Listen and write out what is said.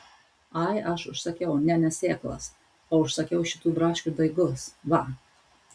ai aš užsakiau ne ne sėklas o užsakiau šitų braškių daigus va